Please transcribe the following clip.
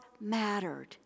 mattered